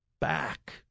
back